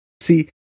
See